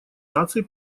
наций